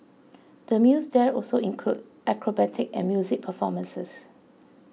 the meals there also include acrobatic and music performances